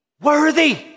worthy